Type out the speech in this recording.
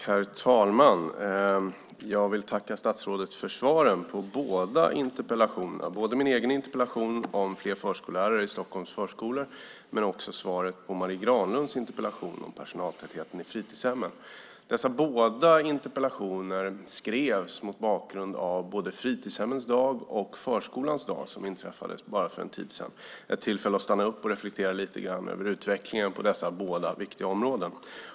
Herr talman! Jag vill tacka statsrådet för svaret på min interpellation om fler förskollärare i Stockholms förskolor och för svaret på Marie Granlunds interpellation om personaltätheten i fritidshemmen. Dessa båda interpellationer skrevs mot bakgrund av både fritidshemmens dag och förskolans dag som inträffade för en tid sedan - tillfällen att stanna upp och lite grann reflektera över utvecklingen på dessa båda viktiga områden.